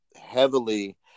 heavily